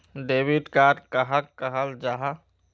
Debit card कहाक कहाल जाहा जाहा?